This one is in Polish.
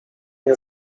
nie